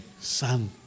Son